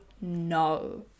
no